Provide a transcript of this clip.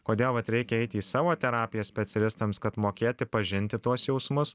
kodėl vat reikia eiti į savo terapiją specialistams kad mokėti pažinti tuos jausmus